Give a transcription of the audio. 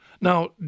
Now